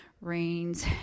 rains